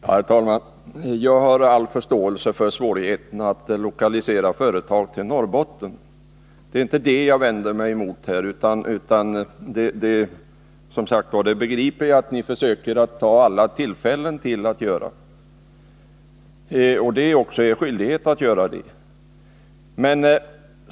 Herr talman! Jag har all förståelse för svårigheterna att lokalisera företag till Norrbotten. Det är inte detta jag vänder mig emot nu. Jag begriper att ni försöker ta alla tillfällen till sådana lokaliseringar. Det är också er skyldighet att göra det.